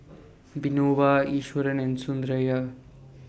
Vinoba Iswaran and Sundaraiah